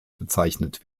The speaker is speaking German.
bezeichnet